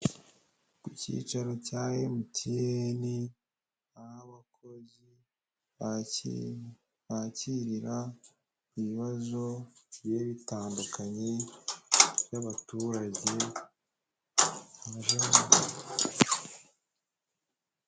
Ku Kicaro cya MTN, aho abakozi, bake bakirira ibibazo bigiye bitandukanye, by'abaturage,..